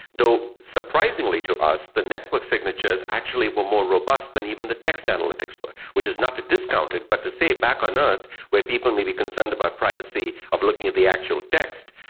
though surprisingly to us the network signatures actually were more robust than even the text analytics were, which is not to discount it but to say back on earth where people may be concerned about privacy of looking at the actual text,